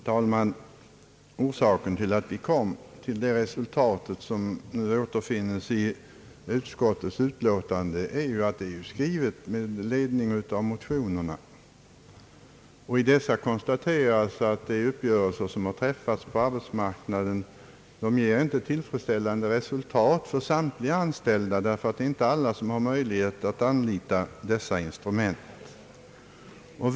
Herr talman! Orsaken till att vi kommit till det resultat som redovisats i utskottets utlåtande är att vi skrivit med ledning av motivering och yrkande i motionerna. I dessa konstateras att de uppgörelser som har träffats på arbetsmarknaden inte ger en tillfredsställande lösning för samtliga anställda, eftersom inte alla har möjlighet att anlita dessa instrument. Därför bör en lagstiftning övervägas.